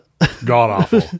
God-awful